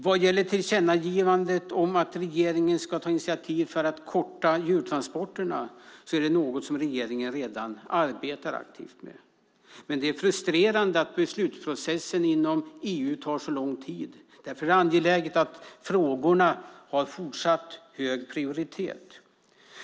Vad gäller tillkännagivandet om att regeringen ska ta initiativ för att korta djurtransporterna är det något som regeringen redan arbetar aktivt med. Men det är frustrerande att beslutsprocessen inom EU tar så lång tid. Därför är det angeläget att frågorna har fortsatt hög prioritet.